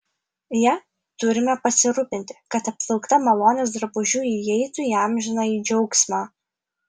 ja turime pasirūpinti kad apvilkta malonės drabužiu įeitų į amžinąjį džiaugsmą